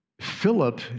Philip